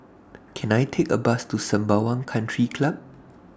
Can I Take A Bus to Sembawang Country Club